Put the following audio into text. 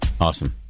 awesome